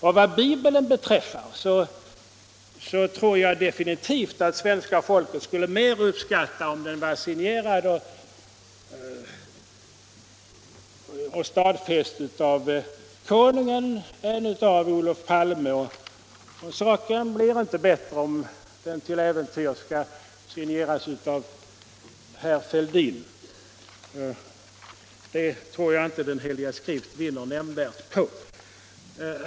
Och vad Bibeln angår tror jag definitivt att svenska folket skulle uppskatta mera om den var = Förhållandet signerad och stadfäst av konungen än av Olof Palme. Och saken blir — mellan stat och inte bättre av om den till äventyrs skulle signeras av herr Fälldin. Det — kyrka m.m. tror jag inte att Den heliga skrift skulle vinna på.